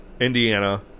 Indiana